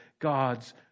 God's